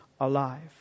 alive